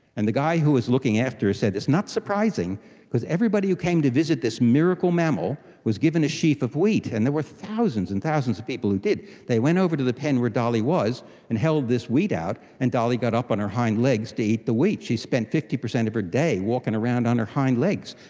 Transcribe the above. and the guy who was looking after her said it's not surprising because everybody who came to visit this miracle mammal was given a sheaf of wheat, and there were thousands and thousands of people who did. they went over to the pen where dolly was and held this wheat out and dolly got up on her hind legs the wheat. she spent fifty percent of her day walking around on her hind legs.